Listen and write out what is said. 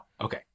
Okay